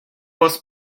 вас